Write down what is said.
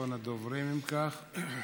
אחרון הדוברים, אם כך.